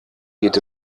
geht